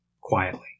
Quietly